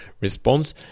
response